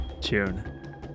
June